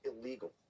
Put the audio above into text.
illegal